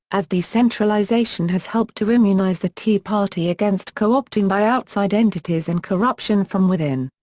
as decentralization has helped to immunize the tea party against co-opting by outside entities and corruption from within.